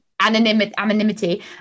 Anonymity